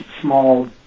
small